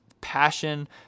passion